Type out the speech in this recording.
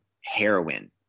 heroin